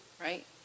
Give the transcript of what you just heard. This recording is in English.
right